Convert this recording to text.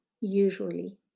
usually